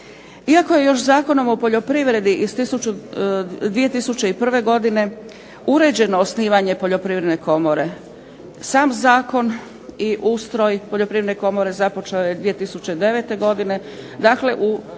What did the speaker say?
Iako je još Zakonom o poljoprivredi iz 2001. godine uređeno osnivanje Poljoprivredne komore sam zakon i ustroj Poljoprivredne komore započeo je 2009. godine. Dakle u